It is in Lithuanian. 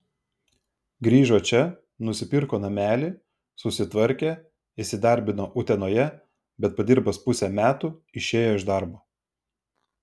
grįžo čia nusipirko namelį susitvarkė įsidarbino utenoje bet padirbęs pusę metų išėjo iš darbo